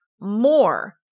more